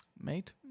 Mate